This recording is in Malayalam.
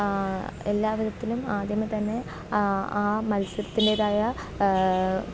എല്ലാ വിധത്തിലും ആദ്യമേ തന്നെ ആ മത്സരത്തിൻ്റേതായ